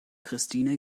christine